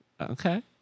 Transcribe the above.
Okay